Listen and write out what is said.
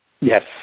yes